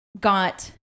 got